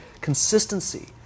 consistency